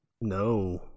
No